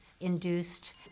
induced